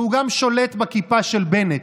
והוא גם שולט בכיפה של בנט.